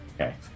Okay